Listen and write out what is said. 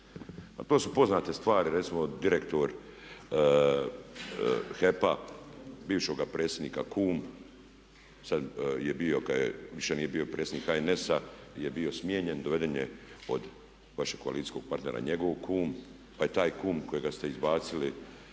to su poznate stvari. Recimo direktor HEP-a, bivšega predsjednika kum, sad je bio kad više nije bio predsjednik HNS-a, je bio smijenjen, doveden je od vašeg koalicijskog partera njegov kum pa je taj kum kojega ste izbacili